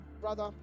brother